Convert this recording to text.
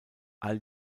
all